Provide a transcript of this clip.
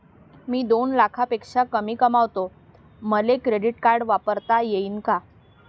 मी दोन लाखापेक्षा कमी कमावतो, मले क्रेडिट कार्ड वापरता येईन का?